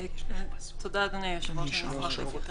תודה, אדוני היושב-ראש, אני אשמח להתייחס.